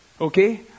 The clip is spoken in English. Okay